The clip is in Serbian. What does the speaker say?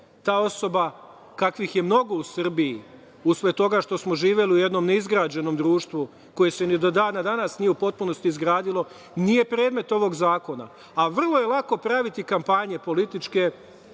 Ta osoba, kakvih je mnogo u Srbiji, usled toga što smo živeli u jednom neizgrađenom društvu koje se ni do dana danas nije u potpunosti izgradilo, nije predmet ovog zakona, a vrlo je lako praviti kampanje političke